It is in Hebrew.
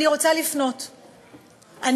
אני רוצה לפנות כאן,